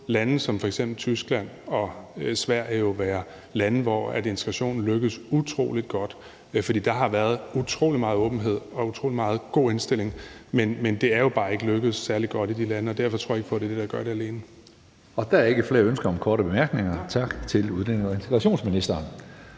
lande som f.eks. Tyskland og Sverige jo være lande, hvor integrationen lykkes utrolig godt, for der har været utrolig meget åbenhed og en utrolig god indstilling – men det er jo bare ikke lykkedes særlig godt i de lande, og derfor tror jeg ikke på, at det er det, der gør det alene. Kl. 17:57 Tredje næstformand (Karsten Hønge): Der er ikke flere ønsker om korte bemærkninger. Tak til udlændinge- og integrationsministeren.